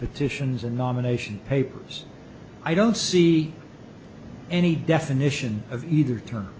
sions and nomination papers i don't see any definition of either term